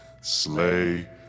Slay